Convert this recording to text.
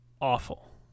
awful